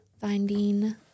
finding